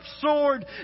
sword